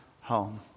home